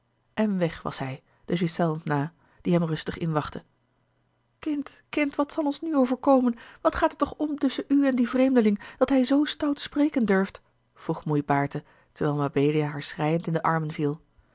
en weg was hij de ghiselles na die hem rustig inwachtte kind kind wat zal ons nu overkomen wat gaat er toch om tusschen u en dien vreemdeling dat hij zoo stout spreken durft vroeg moei baerte terwijl mabelia haar schreiend in de armen viel